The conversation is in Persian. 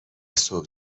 صبح